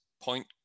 point